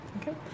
Okay